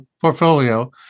portfolio